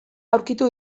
aurkitu